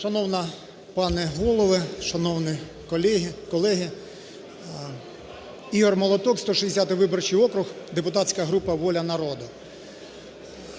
Шановна пані голово, шановні колеги! Ігор Молоток, 160 виборчий округ, депутатська група "Воля народу".